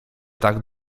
tak